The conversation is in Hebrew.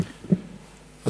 בבקשה.